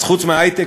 אז חוץ מההיי-טק,